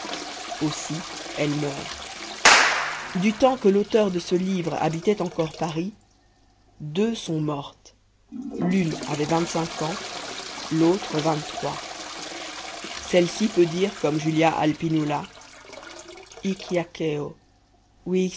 aussi elles meurent du temps que l'auteur de ce livre habitait encore paris deux sont mortes l'une avait vingt-cinq ans l'autre vingt-trois celle-ci peut dire comme julia alpinula hic